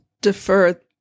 defer